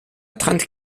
trente